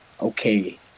okay